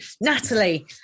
Natalie